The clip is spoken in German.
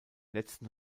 letzten